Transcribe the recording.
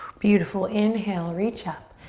beautiful, inhale, reach up.